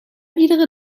iedere